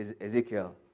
Ezekiel